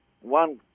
one